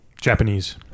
Japanese